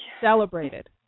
celebrated